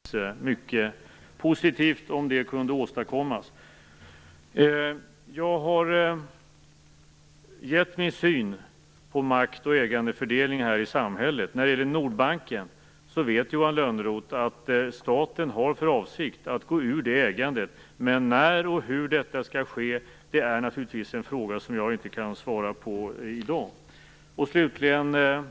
Herr talman! Jag har inte tänkt dela upp mitt arbete på flera personer. Genom att rekrytera duktiga medarbetare, däribland flera kvinnliga chefstjänstemän, räknar jag däremot med att få en ökad avlastning, så att jag har möjlighet att umgås mer med mina barn. Det vore naturligtvis mycket positivt om det kunde åstadkommas. Jag har givit min syn på makt och ägandefördelningen i samhället. När det gäller Nordbanken, vet Johan Lönnroth att staten har för avsikt att gå ur ägandet. När och hur detta skall ske, är naturligtvis frågor som jag inte kan svara på i dag. Slutligen vill jag ta upp detta med